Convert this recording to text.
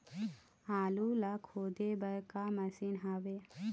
आलू ला खोदे बर का मशीन हावे?